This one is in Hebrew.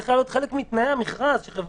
זה צריך להיות חלק מתנאי המכרז.